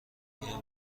آیا